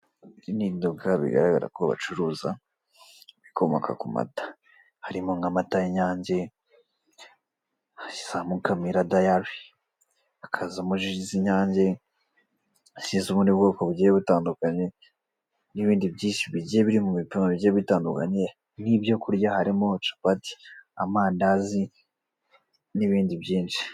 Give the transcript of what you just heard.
Aha ni mu kabari, akaba ari mu masaha ya ninjoro. Hicayemo abantu babiri bari kureba ku nyakiramashusho yabo umupira w'amaguru, ariko bananywa inzoga, ndetse n'inyuma y'inyakiramashusho hari inzoga zigiye zitandukanye z'amoko menshi cyane.